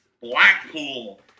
Blackpool